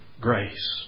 grace